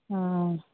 हँ